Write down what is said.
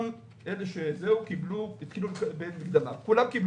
כולם התחילו לקבל מקדמות.